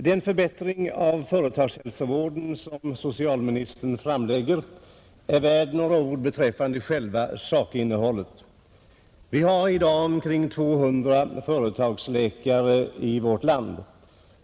Den förbättring av företagshälsovården som socialministern framlägger är värd några ord beträffande själva sakinnehållet. Vi har i dag omkring 200 företagsläkare i vårt land.